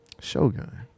Shogun